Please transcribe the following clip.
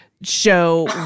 show